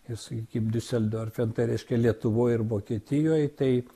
ir sakykim diuseldorfe nu tai reiškia ir lietuvoj ir vokietijoj tai